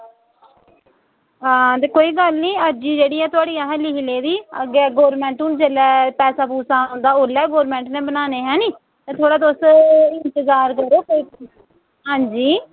हां ते कोई गल्ल निं अर्जी जेह्ड़ी ऐ थुआढ़ी असें लिखी लेदी अग्गै हून गौरमेंट जेल्लै पैसा पूसा औदा ओल्लै गै गौरमेंट ने बनाने है नी ते थोह्ड़ा तुस इंतजार करो कोई हां जी